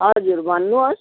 हजुर भन्नुहोस्